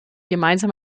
gemeinsam